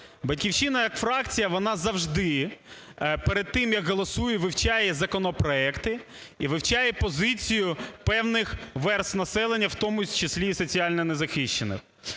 "Батьківщина", як фракція, вона завжди, перед тим, як голосує, вивчає законопроекти і вивчає позицію певних верств населення, в тому числі і соціально не захищених.